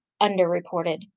underreported